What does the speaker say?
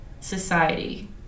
society